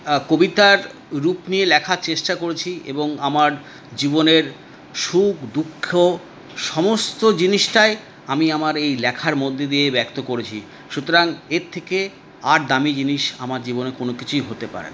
কবিতার রূপ নিয়ে লেখার চেষ্টা করেছি এবং আমার জীবনের সুখ দুঃখ সমস্ত জিনিসটাই আমি আমার এই লেখার মধ্য দিয়ে ব্যক্ত করেছি সুতরাং এর থেকে আর দামী জিনিস আমার জীবনে কোন কিছুই হতে পারেনা